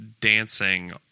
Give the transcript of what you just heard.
dancing